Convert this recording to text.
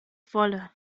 wolle